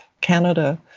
Canada